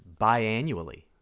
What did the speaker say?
biannually